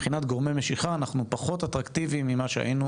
מבחינת גורמי משיכה אנחנו פחות אטרקטיביים ממה שהיינו